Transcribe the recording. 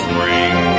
ring